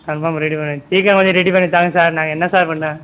confirm ready பண்ணி சீக்கிரம் கொஞ்சம் ரெடி பண்ணித்தாங்க சார் நாங்கள் என்ன சார் பண்ண